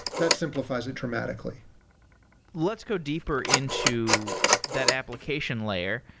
that simplifies it dramatically let's go deeper into that application layer.